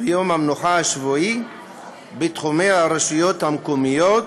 ביום המנוחה השבועי בתחומי הרשויות המקומיות,